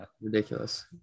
ridiculous